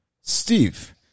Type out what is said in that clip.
Steve